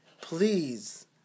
Please